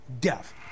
death